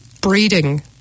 breeding